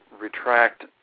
retract